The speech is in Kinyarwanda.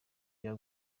cya